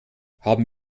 haben